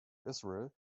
israel